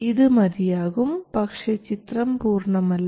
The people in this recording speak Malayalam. ഇത് മതിയാകും പക്ഷേ ചിത്രം പൂർണ്ണമല്ല